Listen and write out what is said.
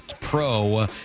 pro